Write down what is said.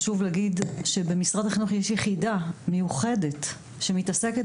חשוב להגיד שבמשרד החינוך יש יחידה מיוחדת שמתעסקת